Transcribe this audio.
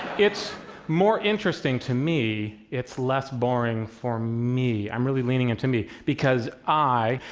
it's more interesting to me. it's less boring for me. i'm really leaning into me, because i,